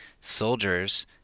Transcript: soldiers